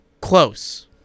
close